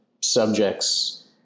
subjects